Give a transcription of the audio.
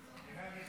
סעיפים 1 3